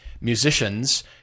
Musicians